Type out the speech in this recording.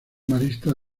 maristas